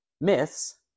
myths